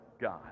God